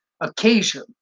occasion